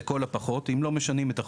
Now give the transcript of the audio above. לכל הפחות אם לא משנים את החוק,